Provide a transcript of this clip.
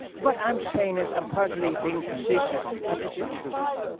what i'm saying is i'm partly being facetious but it's the truth.